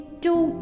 Two